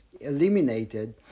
eliminated